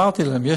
אמרתי להם,